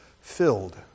filled